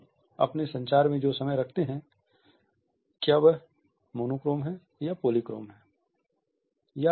हम अपने संचार में जो समय रखते हैं क्या वह मोनोक्रोम है या पॉलीक्रोम है